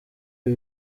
ibi